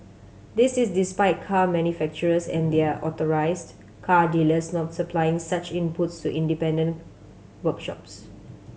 this is despite car manufacturers and their authorised car dealers not supplying such inputs to independent workshops